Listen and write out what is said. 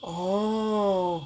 oh